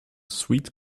sweet